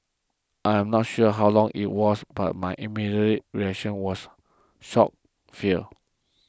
I am not sure how long it was but my immediate reaction was shock fear